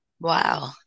wow